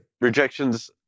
rejection's